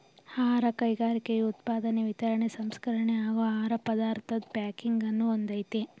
ಆಹಾರ ಕೈಗಾರಿಕೆಯು ಉತ್ಪಾದನೆ ವಿತರಣೆ ಸಂಸ್ಕರಣೆ ಹಾಗೂ ಆಹಾರ ಪದಾರ್ಥದ್ ಪ್ಯಾಕಿಂಗನ್ನು ಹೊಂದಯ್ತೆ